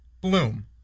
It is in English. Bloom